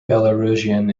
belarusian